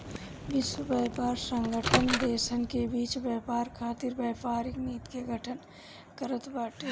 विश्व व्यापार संगठन देसन के बीच व्यापार खातिर व्यापारिक नीति के गठन करत बाटे